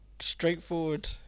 straightforward